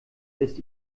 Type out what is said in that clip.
ist